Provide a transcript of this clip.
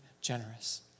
generous